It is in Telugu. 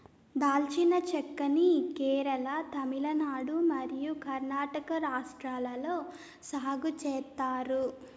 దాల్చిన చెక్క ని కేరళ, తమిళనాడు మరియు కర్ణాటక రాష్ట్రాలలో సాగు చేత్తారు